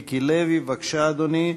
חבר הכנסת מיקי לוי, בבקשה, אדוני.